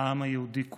העם היהודי כולו.